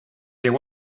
there